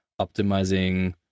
optimizing